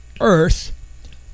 earth